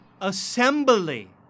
assembly